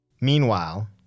Meanwhile